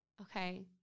Okay